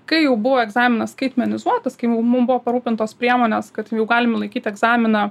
kai jau buvo egzaminas kaip minizuotis kai mum buvo parūpintos priemonės kad jau galim laikyti egzaminą